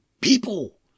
people